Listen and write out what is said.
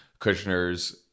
Kushner's